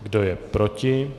Kdo je proti?